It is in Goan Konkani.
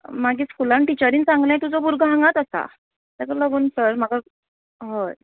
मागीर स्कुलान टिचरीन सांगलें तुजो भुरगो हांगात आसा तेका लागून सर म्हाका हय